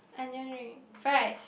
onion ring fries